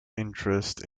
interest